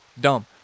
Dumb